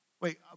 Wait